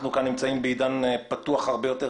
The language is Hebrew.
היום אנחנו נמצאים בעידן הרבה יותר פתוח.